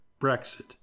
Brexit